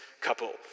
couple